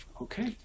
okay